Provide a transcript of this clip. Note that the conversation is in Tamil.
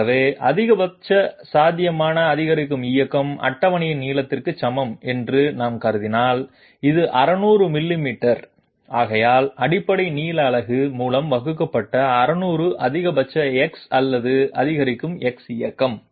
ஆகவே அதிகபட்ச சாத்தியமான அதிகரிக்கும் இயக்கம் அட்டவணையின் நீளத்திற்கு சமம் என்று நாம் கருதினால் இது 600 மில்லிமீட்டர் ஆகையால் அடிப்படை நீள அலகு மூலம் வகுக்கப்பட்ட 600 அதிகபட்ச x அல்லது அதிகரிக்கும் x இயக்கம்